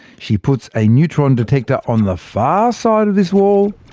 she puts a neutron detector on the far side of this wall,